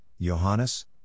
Johannes